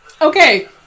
Okay